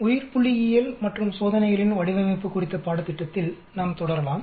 உயிர்புள்ளியியல் மற்றும் சோதனைகளின் வடிவமைப்பு குறித்த பாடத்திட்டத்தில் நாம் தொடரலாம்